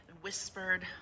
whispered